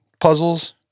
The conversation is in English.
puzzles